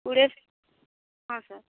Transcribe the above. କୋଡ଼ିଏ ହଁ ସାର୍